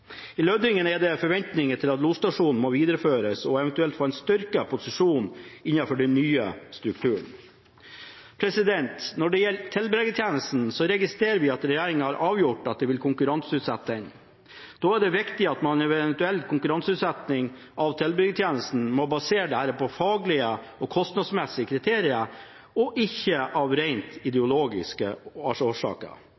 I Lødingen er det forventninger til at losstasjonen må videreføres og eventuelt få en styrket posisjon innenfor den nye strukturen. Når det gjelder tilbringertjenesten, registrerer vi at regjeringen har avgjort at man vil konkurranseutsette denne. Da er det viktig at man ved en eventuell konkurranseutsetting av tilbringertjenesten må basere dette på faglige og kostnadsmessige kriterier, og ikke gjøre det av